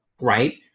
right